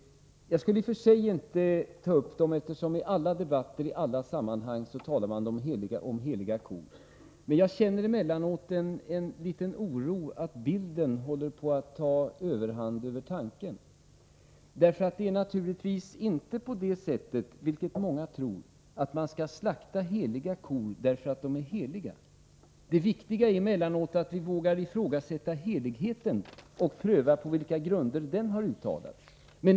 Jag skulle i och för sig inte vilja ta upp frågan, eftersom man i alla debatter i alla sammanhang talar om heliga kor. Men jag känner emellanåt en oro över att så att säga bilden håller på att ta överhand över tanken. Man skall naturligtvis inte — vilket många tror att man skall — slakta heliga kor just därför att de är heliga. Det viktiga är att vi emellanåt vågar ifrågasätta heligheten och pröva på vilka grunder den vilar.